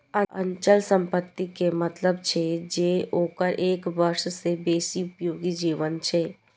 अचल संपत्ति के मतलब छै जे ओकर एक वर्ष सं बेसी उपयोगी जीवन छै